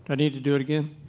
and need to do it again?